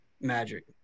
Magic